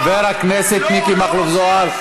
חבר הכנסת מיקי מכלוף זוהר,